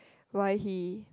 why he